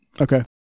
Okay